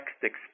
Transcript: text